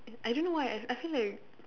I don't know why I I feel like